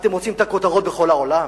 אתם רוצים את הכותרות בכל העולם?